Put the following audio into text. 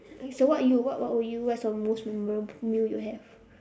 so what you what what would you what's your most memorable meal you have